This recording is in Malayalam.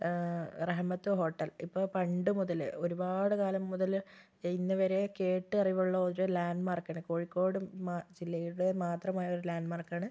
റഹ്മത്ത് ഹോട്ടൽ ഇപ്പോൾ പണ്ട് മുതല് ഒരുപാട് കാലം മുതല് ഇന്ന് വരെ കേട്ടറിവുള്ള ഒര് ലാൻഡ്മാർക്കാണ് കോഴിക്കോട് മാ ജില്ലയുടെ മാത്രമായ ഒരു ലാൻഡ്മാർക്കാണ്